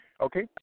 Okay